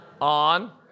on